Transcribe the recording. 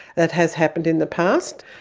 that has happened in the past.